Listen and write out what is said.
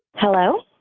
hello?